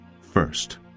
first